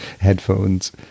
headphones